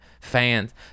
fans